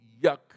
yuck